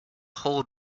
hole